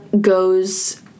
goes